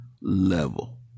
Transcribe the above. level